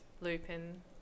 lupin